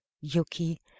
yuki